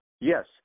Yes